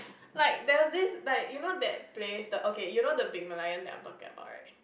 like there was this like you know that place okay you know the big Merlion that I am talking about right